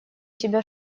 тебя